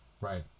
Right